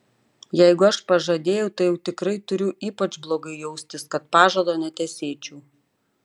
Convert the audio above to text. jeigu aš pažadėjau tai jau tikrai turiu ypač blogai jaustis kad pažado netesėčiau